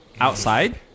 Outside